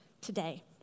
today